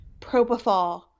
propofol